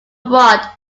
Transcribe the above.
abroad